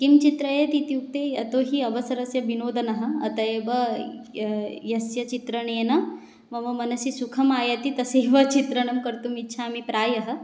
किं चित्रयेत् इत्युक्ते यतो हि अवसरस्य विनोदनः अतः एव यस्य चित्रणेन मम मनसि सुखमायाति तस्यैव चित्रणं कर्तुम् इच्छामि प्रायः